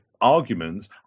arguments